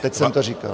Teď jsem to říkal.